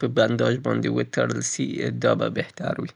پې باندې تطبیک کئ.